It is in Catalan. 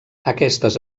aquestes